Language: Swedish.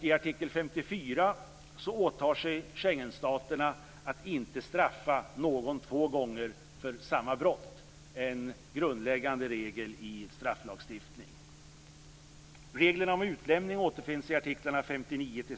I artikel 54 åtar sig Schengenstaterna att inte straffa någon två gånger för samma brott, en grundläggande regel i strafflagstiftningen.